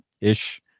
ish